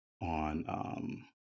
on –